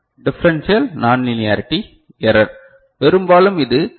differential nonlinearity error பெரும்பாலும் இது D